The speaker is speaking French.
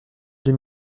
deux